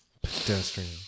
Pedestrian